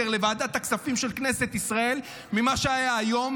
לוועדת הכספים של כנסת ישראל ממה שהיה היום,